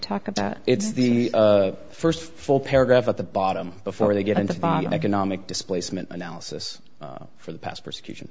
talk about it's the first full paragraph at the bottom before they get into the economic displacement analysis for the past persecution